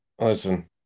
listen